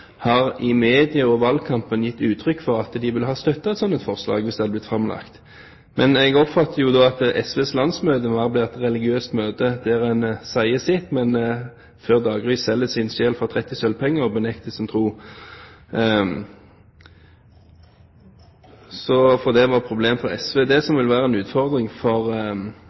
har i medier og i valgkampen gitt uttrykk for at de ville ha støttet et slikt forslag hvis det hadde blitt framlagt. Men jeg oppfatter at SVs landsmøte ble til et religiøst møte der en sier sitt, men før daggry selger sin sjel for 30 sølvpenger og benekter sin tro – så det var et problem for SV. Det som vil være en utfordring for